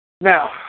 Now